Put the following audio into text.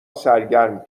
سرگرم